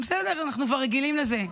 בסדר, אנחנו כבר רגילים לזה.